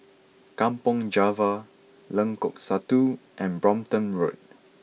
Kampong Java Lengkok Satu and Brompton Road